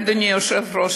אדוני היושב-ראש,